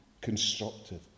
constructive